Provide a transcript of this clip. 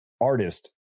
artist